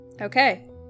Okay